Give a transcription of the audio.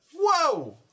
whoa